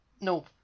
no